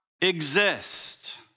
exist